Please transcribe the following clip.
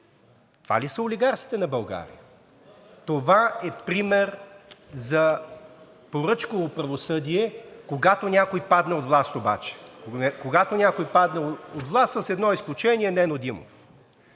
Това ли са олигарсите на България?! Това е пример за поръчково правосъдие, когато някой падне от власт обаче. Когато някой падне от власт, с едно изключение – Нено Димов.